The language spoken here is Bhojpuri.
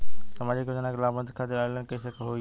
सामाजिक योजना क लाभान्वित खातिर ऑनलाइन कईसे होई?